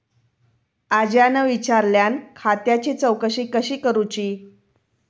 आज्यान विचारल्यान खात्याची चौकशी कशी करुची?